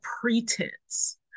pretense